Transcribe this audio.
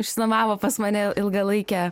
išsinuomavo pas mane ilgalaikę